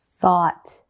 thought